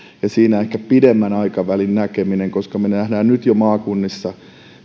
ja siinä ehkä pidemmän aikavälin näkeminen koska me näemme nyt jo maakunnissa